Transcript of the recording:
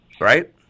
right